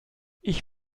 ich